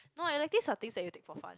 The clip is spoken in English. no electives are things that you take for fun